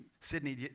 Sydney